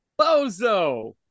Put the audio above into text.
Bozo